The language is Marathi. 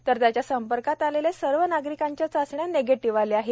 तर त्याच्या संपर्कात आलेले सर्व नागरिकांच्या चाचण्या निगेटिव्ह आल्या आहेत